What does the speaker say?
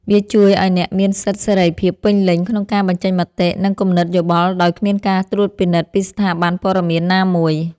វាជួយឱ្យអ្នកមានសិទ្ធិសេរីភាពពេញលេញក្នុងការបញ្ចេញមតិ និងគំនិតយោបល់ដោយគ្មានការត្រួតពិនិត្យពីស្ថាប័នព័ត៌មានណាមួយ។